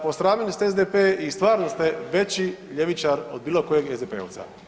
Posramili ste SDP i stvarno ste veći ljevičar od bilo kojeg SDP-ovca.